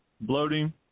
bloating